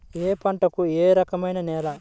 ఏ పంటకు ఏ రకమైన నేల?